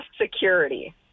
security